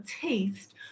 taste